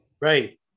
Right